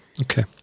Okay